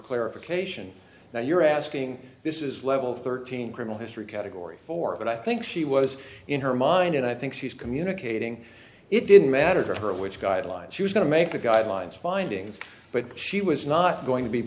clarification now you're asking this is level thirteen criminal history category four but i think she was in her mind and i think she's communicating it didn't matter to her which guideline she was going to make the guidelines findings but she was not going to be